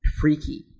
Freaky